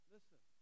Listen